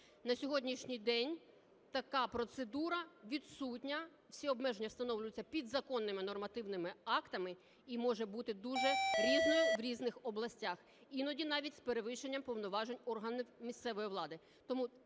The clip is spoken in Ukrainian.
На сьогоднішній день така процедура відсутня, всі обмеження встановлюються підзаконними нормативними актами, і може бути дуже різною в різних областях, іноді навіть з перевищенням повноважень органів місцевої влади.